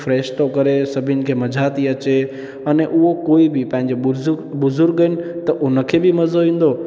fresh थो करे सभिनी खे मज़ा थी अचे अने उहो कोई बि पंहिंजो बुज़ुग बुज़ुर्ग आहिनि त हुनखे बि मज़ो ईंदो